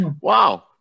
Wow